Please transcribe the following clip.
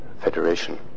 federation